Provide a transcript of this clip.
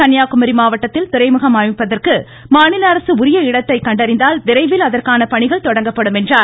கன்னியாகுமரி மாவட்டத்தில் துறைமுகம் அமைப்பதற்கு மாநில அரசு உரிய இடத்தை கண்டறிந்தால் விரைவில் அதற்கான பணிகள் தொடங்கப்படும் என்றார்